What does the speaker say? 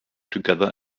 together